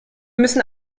müssen